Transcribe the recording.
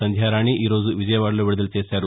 సంధ్యారాణి ఈ రోజు విజయవాడలో విడుదల చేశారు